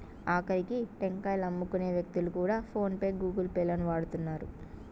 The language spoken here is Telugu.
ఆకరికి టెంకాయలమ్ముకునే వ్యక్తులు కూడా ఫోన్ పే గూగుల్ పే లను వాడుతున్నారు